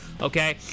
Okay